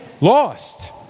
lost